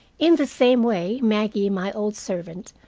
in the same way maggie, my old servant,